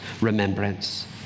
remembrance